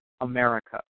America